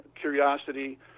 curiosity